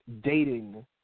dating